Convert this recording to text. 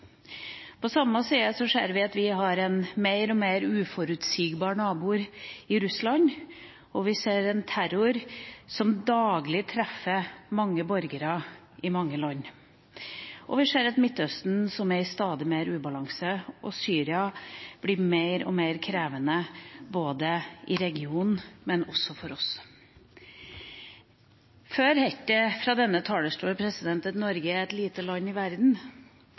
På samme tid ser vi at vi har en mer og mer uforutsigbar nabo i Russland, og vi ser en terror som daglig treffer mange borgere i mange land. Vi ser et Midtøsten som er i stadig mer ubalanse, og at Syria blir mer og mer krevende i regionen, men også for oss. Før het det – fra denne talerstol – at Norge er et lite land i verden.